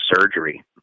surgery